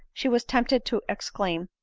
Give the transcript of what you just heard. she was tempted to exclaim,